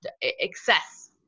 excess